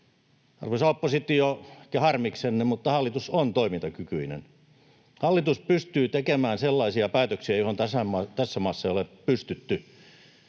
Arvoisa oppositio, ehkä harmiksenne hallitus on toimintakykyinen. Hallitus pystyy tekemään sellaisia päätöksiä, joihin tässä maassa ei ole pystytty,